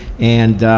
and